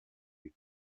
des